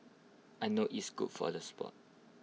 I know it's good for the Sport